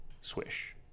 Swish